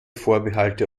vorbehalte